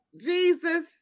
Jesus